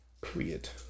Create